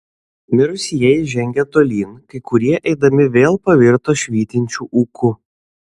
mirusieji žengė tolyn kai kurie eidami vėl pavirto švytinčiu ūku